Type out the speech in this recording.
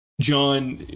John